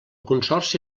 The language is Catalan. consorci